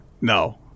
No